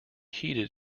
heated